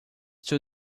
two